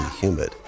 humid